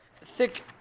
thick